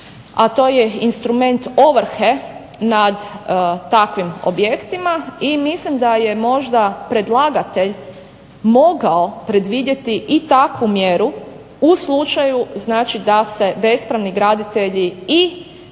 a to je instrument ovrhe nad takvim objektima. I mislim da je možda predlagatelj mogao predvidjeti i takvu mjeru u slučaju znači da se bespravni graditelji i